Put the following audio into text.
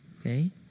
okay